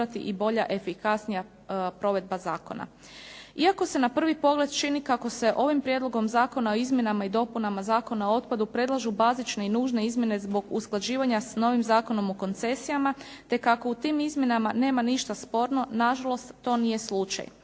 Iako se na prvi pogled čini kako se ovim Prijedlogom zakona o izmjenama i dopunama Zakona o otpadu predlažu bazične i nužne izmjene zbog usklađivanja s novim Zakonom o koncesijama, te kako u tim izmjenama nema ništa sporno, nažalost to nije slučaj.